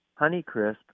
Honeycrisp